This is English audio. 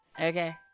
okay